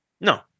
No